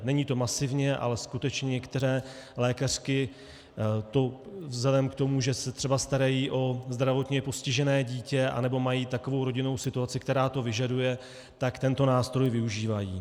Není to masivně, ale skutečně některé lékařky vzhledem k tomu, že se starají o zdravotně postižené dítě nebo mají takovou rodinnou situaci, která to vyžaduje, tento nástroj využívají.